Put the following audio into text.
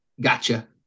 Gotcha